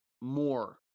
more